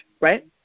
right